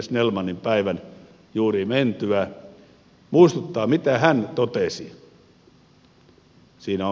snellmanin päivän juuri mentyä muistuttaa mitä hän totesi